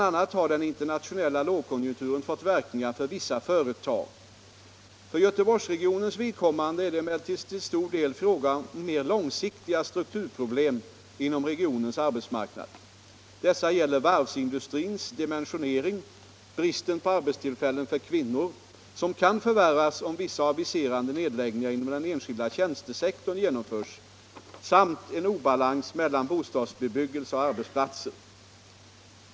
a. har den internationella lågkonjunkturen fått verkningar för vissa företag. För Göteborgsregionens vidkommande är det emellertid till stor del fråga om mer långsiktiga strukturproblem inom regionens arbetsmarknad. Dessa gäller varvsindustrins dimensionering, bristen på arbetstillfällen för kvinnor — som kan förvärras om vissa aviserade nedläggningar inom den enskilda tjänstesektorn genomförs — samt en obalans mellan bostadsbebyggelse och arbetsplatser.